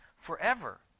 forever